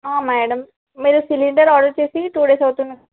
madam మీరు cylinder order చేసి two days అవుతుంది